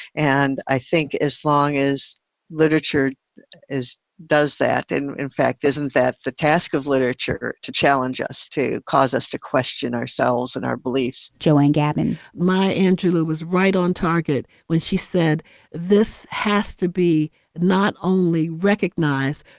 and i think as long as literature is does that and in fact, isn't that the task of literature to challenge us, to cause us, to question ourselves and our beliefs? joanne gaman maya angelou was right on target when she said this has to be not only recognized,